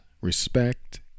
respect